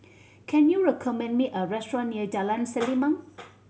can you recommend me a restaurant near Jalan Selimang